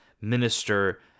minister